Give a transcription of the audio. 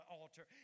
altar